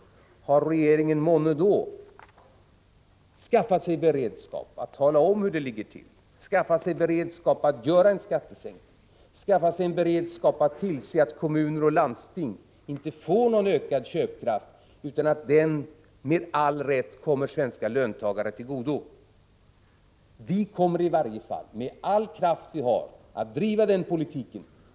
Är regeringen månne då beredd att tala om hur det ligger till? Har den då skaffat sig beredskap att göra en skattesänkning, skaffat sig beredskap att tillse att kommuner och landsting inte får ökad köpkraft utan att den med all rätt kommer svenska löntagare till godo? Vi kommer emellertid, med all den kraft vi har, att driva den politiken.